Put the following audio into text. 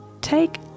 take